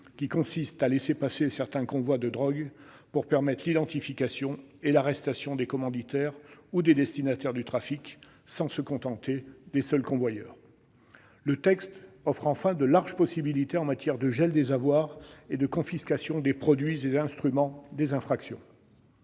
qui consistent à laisser passer certains convois de drogues pour permettre l'identification et l'arrestation des commanditaires ou des destinataires du trafic, sans se contenter des seuls convoyeurs. Le texte offre enfin de larges possibilités en matière de gel des avoirs et de confiscation des produits et instruments des infractions.